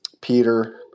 Peter